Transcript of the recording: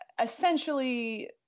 Essentially